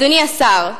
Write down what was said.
אדוני השר,